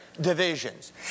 divisions